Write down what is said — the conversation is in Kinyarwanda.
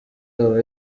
aba